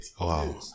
Wow